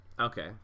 Okay